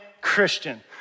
Christian